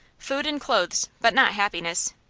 food and clothes, but not happiness.